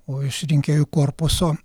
o iš rinkėjų korpuso